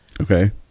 Okay